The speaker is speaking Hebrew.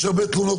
יש הרבה תלונות,